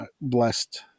blessed